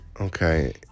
Okay